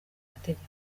amategeko